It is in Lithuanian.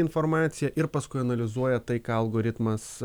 informacija ir paskui analizuoja tai ką algoritmas